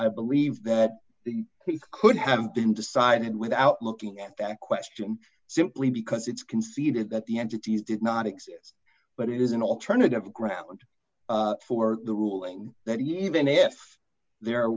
i believe that he could have been decided without looking at that question simply because it's conceded that the entities did not exist but it is an alternative ground for the ruling that even if there